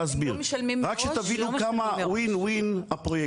רק שתבינו כמה WIN WIN הפרויקט הזה.